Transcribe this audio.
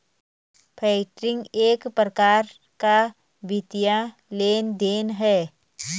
factoring एक प्रकार का वित्तीय लेन देन है